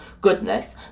goodness